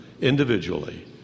individually